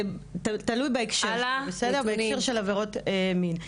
תלוי בהקשר של עבירות מין.